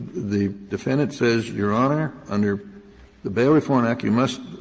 the defendant says your honor, under the bail reform act you must